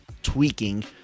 tweaking